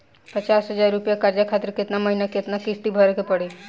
पचास हज़ार रुपया कर्जा खातिर केतना महीना केतना किश्ती भरे के पड़ी?